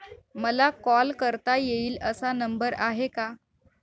मला कॉल करता येईल असा नंबर आहे का?